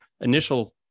initial